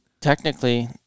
technically